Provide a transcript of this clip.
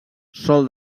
sòl